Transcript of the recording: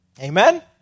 Amen